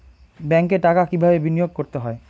ব্যাংকে টাকা কিভাবে বিনোয়োগ করতে হয়?